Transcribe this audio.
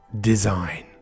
design